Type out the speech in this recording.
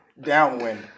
Downwind